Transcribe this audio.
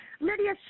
Lydia